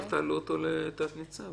שאחראי על זה הוא ניצב משנה,